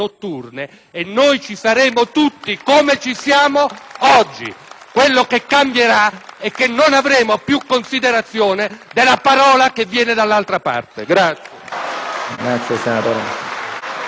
Quello che cambierà è che non avremo più considerazione della parola data dall'altra parte! *(Vivi